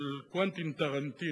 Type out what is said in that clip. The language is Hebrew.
יש סרט נפלא של קוונטין טרנטינו,